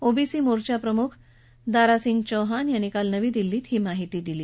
OBC मोर्चा प्रमुख दारासिंग चौहान यांनी काल नवी दिल्लीत ही माहिती दिली